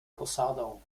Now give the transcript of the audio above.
posadą